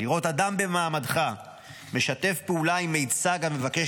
לראות אדם במעמדך משתף פעולה עם מיצג המבקש